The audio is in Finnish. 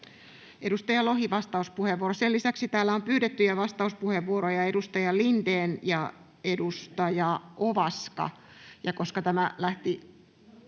Edustaja Lohi, vastauspuheenvuoro. — Sen lisäksi täällä on pyydettyjä vastauspuheenvuoroja edustaja Lindén ja edustaja Ovaska.